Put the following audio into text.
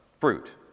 fruit